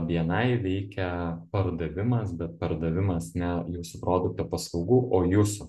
bni veikia pardavimas bet pardavimas ne jūsų produkto paslaugų o jūsų